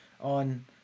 on